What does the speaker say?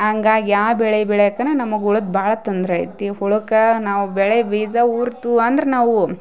ಹಂಗಾಗಿ ಆ ಬೆಳೆ ಬೆಳೆಯಕ್ಕನ ನಮ್ಗ ಹುಳದ್ ಭಾಳ ತೊಂದರೆ ಐತಿ ಹುಳಕ್ಕ ನಾವು ಬೆಳೆ ಬೀಜ ಊರ್ತು ಅಂದ್ರ ನಾವು